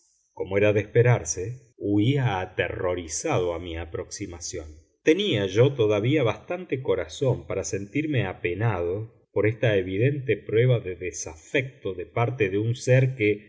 como era de esperarse huía aterrorizado a mi aproximación tenía yo todavía bastante corazón para sentirme apenado por esta evidente prueba de desafecto de parte de un ser que